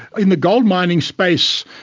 in the goldmining space,